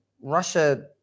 Russia